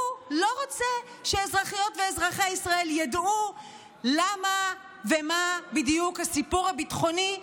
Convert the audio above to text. הוא לא רוצה שאזרחיות ואזרחי ישראל ידעו למה ומה בדיוק הסיפור הביטחוני,